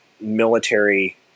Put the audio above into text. military